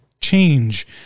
change